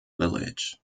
village